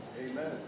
Amen